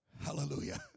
Hallelujah